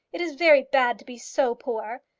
it is very bad to be so poor.